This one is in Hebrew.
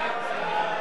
בואו נצא החוצה,